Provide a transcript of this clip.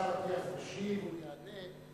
השר אטיאס משיב, הוא יענה.